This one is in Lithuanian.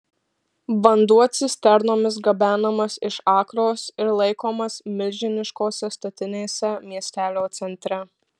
vanduo cisternomis gabenamas iš akros ir laikomas milžiniškose statinėse miestelio centre